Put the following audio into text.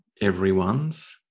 everyone's